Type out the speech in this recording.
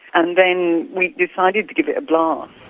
and then we decided to give it a blast. um